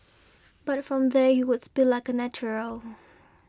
but from there he would speak like a natural